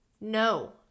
No